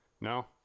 No